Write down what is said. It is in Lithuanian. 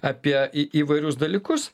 apie į įvairius dalykus